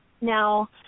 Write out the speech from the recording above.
Now